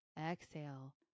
exhale